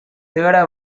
தேட